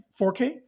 4K